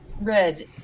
Red